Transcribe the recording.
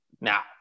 now